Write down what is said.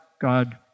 God